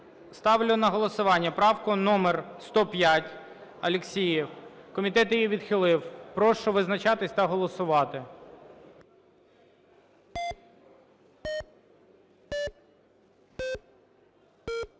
Ставлю на голосування правку номер 105, Алєксєєв. Комітет її відхилив. Прошу визначатися та голосувати.